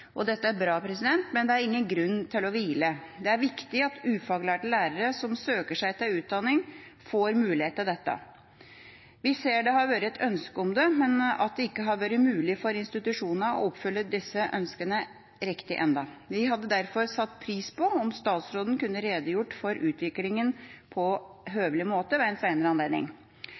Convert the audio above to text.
og årsstudier i tegnspråk. Dette er bra, men det er ingen grunn til å hvile. Det er viktig at ufaglærte lærere som søker seg til utdanningen, får mulighet til dette. Vi ser at det har vært et ønske om det, men at det ikke har vært mulig for institusjonene å oppfylle disse ønskene riktig ennå. Vi hadde derfor satt pris på om statsråden kunne redegjort for utviklingen på høvelig måte ved en senere anledning.